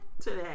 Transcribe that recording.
Today